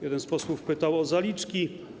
Jeden z posłów pytał o zaliczki.